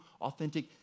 authentic